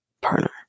partner